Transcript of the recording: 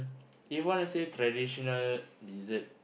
do you want to say traditional dessert